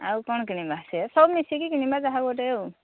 ଆଉ କ'ଣ କିଣିବା ସେ ସବୁ ମିଶିକି କିଣିବା ଯାହା ଗୋଟେ ଆଉ